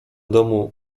domu